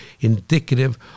indicative